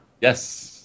Yes